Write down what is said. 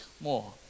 more